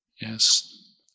yes